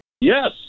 Yes